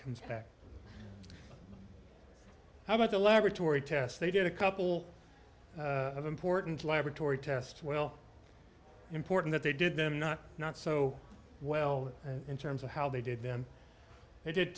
comes back how about the laboratory tests they did a couple of important laboratory tests well important that they did them not not so well in terms of how they did then they did